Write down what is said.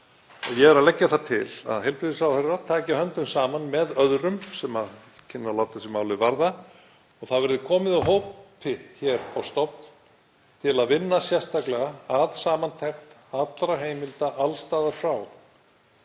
Ég er að leggja það til að heilbrigðisráðherra taki höndum saman með öðrum sem kynnu að láta sig málið varða og það verði komið hópi á stofn hér til að vinna sérstaklega að samantekt allra heimilda alls staðar frá.